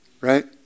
right